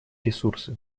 ресурсы